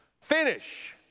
Finish